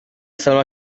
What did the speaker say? salma